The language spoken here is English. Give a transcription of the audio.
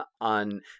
on